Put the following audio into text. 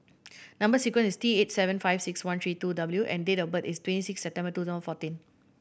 number sequence is T eight seven five six one three two W and date of birth is twenty six September two thousand fourteen